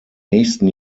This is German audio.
nächsten